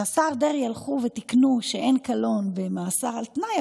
לשר דרעי הלכו ותיקנו שאין קלון במאסר על תנאי,